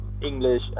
English